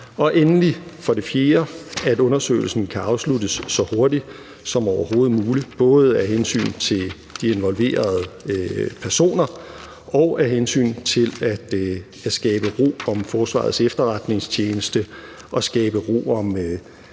Endelig er det fjerde, at undersøgelsen kan afsluttes så hurtigt som overhovedet muligt både af hensyn til de involverede personer og af hensyn til at skabe ro om Forsvarets Efterretningstjeneste og skabe ro om